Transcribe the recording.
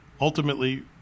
Ultimately